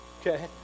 okay